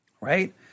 right